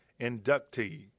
inductee